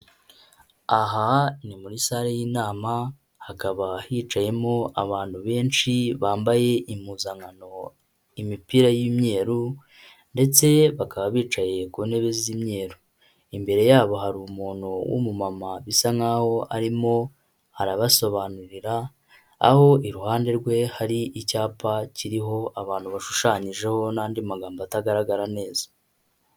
Aha ni muri sale y'inama, hakaba hicayemo abantu benshi bambaye impuzankano imipira y'imyeru ndetse bakaba bicaye ku ntebe z'imyeru. Imbere yabo hari umuntu w'umumama bisa nk'aho arimo arabasobanurira, aho iruhande rwe hari icyapa kiriho abantu bashushanyijeho n'andi magambo atagaragara neza.